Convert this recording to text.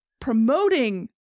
promoting